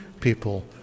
people